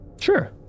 Sure